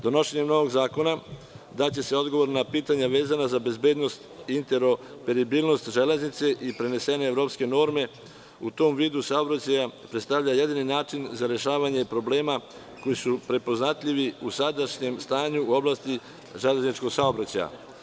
Donošenjem novog zakona daće odgovor na pitanja vezana za bezbednost i interoperabilnosti železnice i prenesene evropske norme, u tom vidu saobraćaja predstavlja jedini način za rešavanje problema, koji su prepoznatljivi u sadašnjem stanju u oblasti železničkog saobraćaja.